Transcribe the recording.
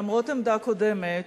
למרות עמדה קודמת,